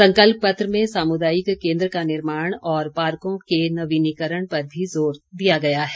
संकल्प पत्र में सामुदायिक केन्द्र का निर्माण और पार्कों के नवीनीकरण पर भी ज़ोर दिया गया है